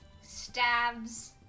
stabs